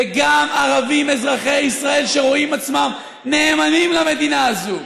וגם ערבים אזרחי ישראל שרואים עצמם נאמנים למדינה הזאת,